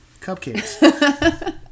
cupcakes